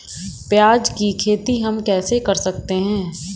प्याज की खेती हम कैसे कर सकते हैं?